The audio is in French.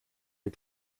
les